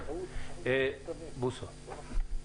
אוריאל בוסו, בבקשה.